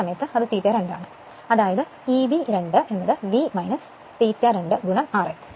ആ സമയത്ത് അത് ∅2 ആണ്